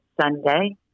Sunday